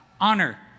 honor